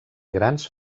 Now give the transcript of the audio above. grans